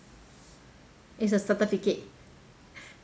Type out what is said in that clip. it's a certificate